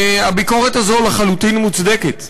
והביקורת הזו לחלוטין מוצדקת.